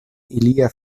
ilia